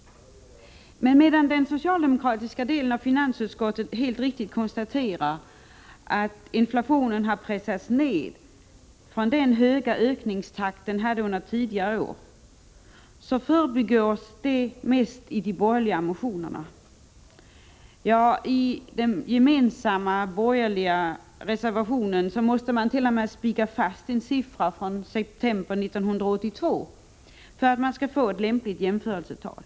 Men medan den socialdemokratiska delen av finansut skottet helt riktigt konstaterar att inflationen har pressats ned från den höga ökningstakt som den hade under tidigare år, förbigås detta mest i de borgerliga motionerna. I den gemensamma borgerliga reservationen måste man t.o.m. spika fast en siffra från september 1982 för att man skall få ett lämpligt jämförelsetal.